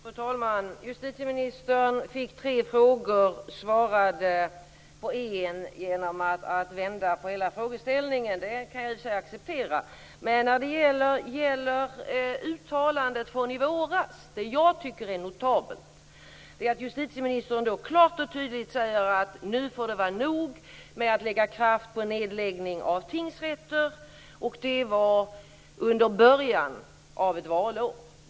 Fru talman! Justitieministern fick tre frågor och svarade på en genom att vända på hela frågeställningen. Det kan jag i och för sig acceptera. När det gäller uttalandet från i våras är det notabelt att justitieministern då klart och tydligt sade: Nu får det vara nog med att lägga kraft på nedläggning av tingsrätter. Det var i början av ett valår.